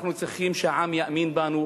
אנחנו צריכים שהעם יאמין בנו.